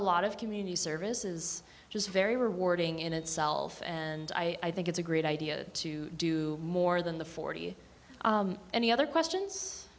lot of community services just very rewarding in itself and i think it's a great idea to do more than the forty any other questions